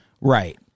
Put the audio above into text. right